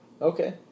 Okay